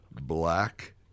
black